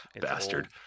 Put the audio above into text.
Bastard